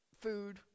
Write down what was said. food